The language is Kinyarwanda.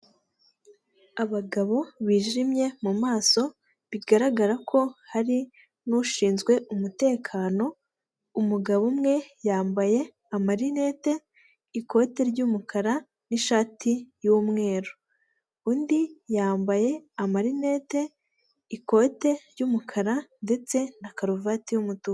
Abagabo bijimye mu maso bigaragara ko hari n'ushinzwe umutekano, umugabo umwe yambaye amarinete, ikote ry'umukara n'ishati y'umweru undi yambaye amarinete, ikote ry'umukara ndetse na karuvati y'umutuku.